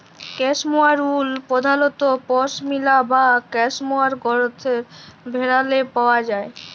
cashmere wool পধালত পশমিলা বা ক্যাসমোয়ার গত্রের ভেড়াল্লে পাউয়া যায়